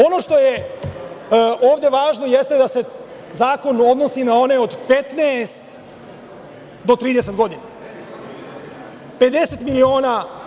Ono što je ovde važno jeste da se zakon odnosi na one od 15 do 30 godina.